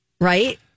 right